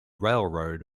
railroad